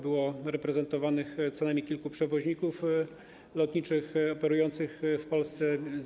Było reprezentowanych co najmniej kilku przewoźników lotniczych operujących w Polsce.